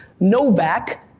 novak,